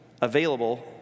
available